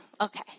Okay